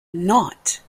not